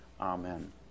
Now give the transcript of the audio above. Amen